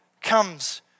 comes